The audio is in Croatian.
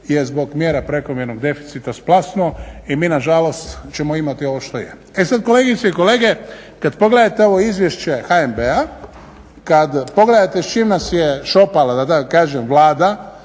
je zbog mjera prekomjernog deficita splasnuo. Mi nažalost ćemo imati ovo što je. E sad, kolegice i kolege, kad pogledate ovo Izvješće HNB-a, kad pogledate s čim nas je šopala da